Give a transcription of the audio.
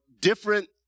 different